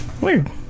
Weird